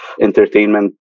entertainment